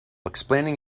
explaining